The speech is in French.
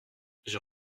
j’ai